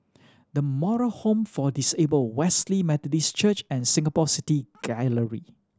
The Moral Home for Disabled Wesley Methodist Church and Singapore City Gallery